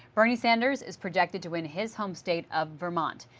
bernie sanders is projected to win his home state of vermont.